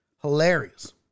Hilarious